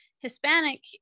hispanic